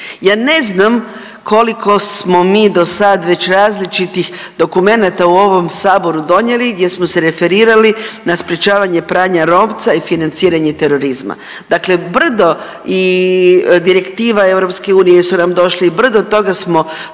Ja ne znam koliko smo mi do sad već različitih dokumenata u ovom Saboru donijeli gdje smo se referirali na sprječavanje pranja novca i financiranje terorizma. Dakle, brdo i direktiva EU su nam došli i brdo toga smo